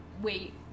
wait